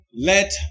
Let